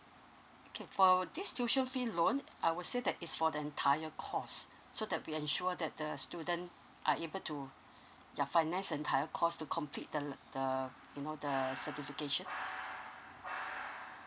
okay for this tuition fee loan I would say that is for the entire course so that be ensure that the student are able to ya finance the entire course to complete the l~ the you know the certification